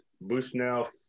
Bushnell